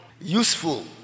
useful